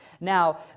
Now